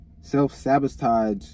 self-sabotage